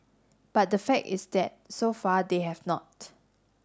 but the fact is that so far they have not